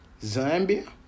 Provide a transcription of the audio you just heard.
Zambia